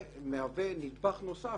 זה נדבך נוסף